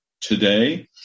today